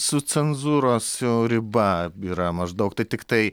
su cenzūros riba yra maždaug tai tiktai